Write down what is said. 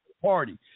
party